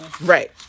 Right